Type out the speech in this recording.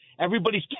Everybody's